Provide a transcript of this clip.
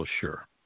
sure